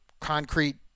concrete